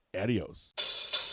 Adios